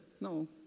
No